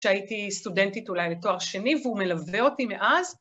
‫כשהייתי סטודנטית אולי לתואר שני ‫והוא מלווה אותי מאז.